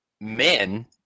men